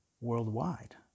worldwide